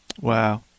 Wow